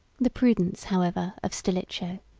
the prudence, however, of stilicho,